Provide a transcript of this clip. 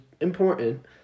important